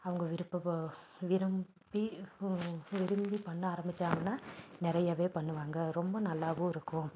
அவங்க விருப்பப்போ விரும்பி பு விரும்பி பண்ண ஆரம்பித்தாங்கன்னா நிறையவே பண்ணுவாங்க ரொம்ப நல்லாவும் இருக்கும்